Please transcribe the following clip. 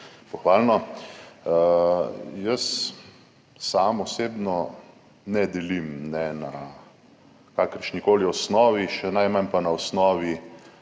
pohvalno. Jaz sam osebno ne delim ne na kakršnikoli osnovi, še najmanj pa na osnovi